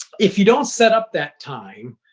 if you don't set up that time,